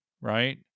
right